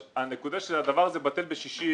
הנקודה שהדבר הזה בטל בשישים